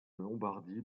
lombardie